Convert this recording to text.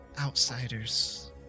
outsiders